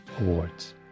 awards